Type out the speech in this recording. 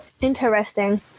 interesting